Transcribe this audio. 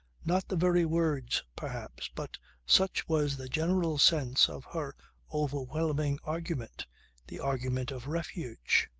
not the very words perhaps but such was the general sense of her overwhelming argument the argument of refuge.